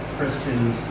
Christians